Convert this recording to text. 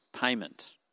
payment